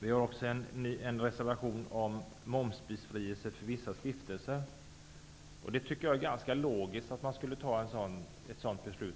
Vi har även en reservation om momsbefrielse för vissa stiftelser. Det är ganska logiskt att i denna kammare fatta ett sådant beslut.